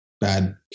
bad